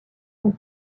ont